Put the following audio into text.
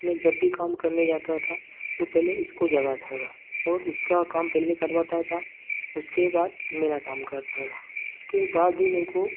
मैं जब भी काम करने जाता था तो पहले उसको जगाता था और उसका काम पहले करवाता था उसके बाद मेरा काम करता था उसके बाद भी मेरे को